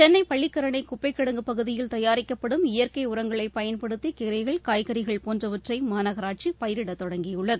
சென்னை பள்ளிக்கரணை குப்பக் கிடங்கு பகுதியில் தயாரிக்கப்படும் இயற்கை உரங்களை பயன்படுத்தி கீரைகள் காய்கறிகள் போன்றவற்றை மாநகராட்சி பயிரிடத் தொடங்கியுள்ளது